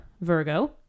virgo